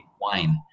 wine